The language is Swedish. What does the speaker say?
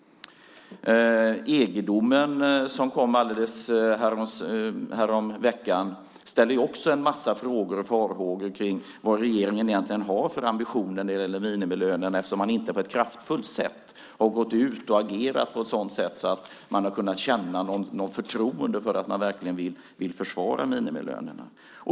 EG-domen som kom häromveckan väcker också en massa frågor och farhågor om vad regeringen egentligen har för ambitioner när det gäller minimilönerna. Man har inte på ett kraftfullt sätt gått ut och agerat på ett sådant sätt att folk har kunnat känna något förtroende för att man verkligen vill försvara minimilönerna.